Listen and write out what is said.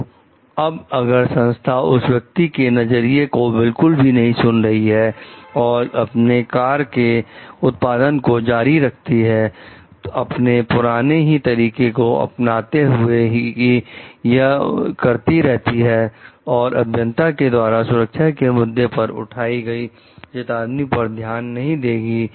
तो अब अगर संस्था उस व्यक्ति के नजरिए को बिल्कुल भी नहीं सुन रही है और अपने कार के उत्पादन को जारी रखती है अपने पुराने ही तरीके को अपनाते हुए कि यह करती रहती है और अभियंता के द्वारा सुरक्षा के मुद्दे पर उठाई गई चेतावनी पर ध्यान नहीं देगी